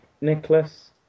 Nicholas